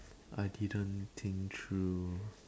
I didn't think through